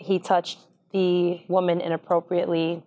he touched the woman inappropriately